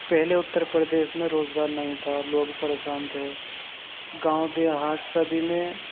پہلے اتّر پردیش میں روزگار نہیں تھا لوگ پریشان تھے گاؤں دیہات سبھی میں